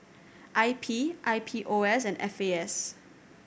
I P I P O S and F A S